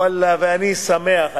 ואללה, ואני שמח.